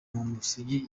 musingi